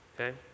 okay